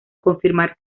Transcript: confirmar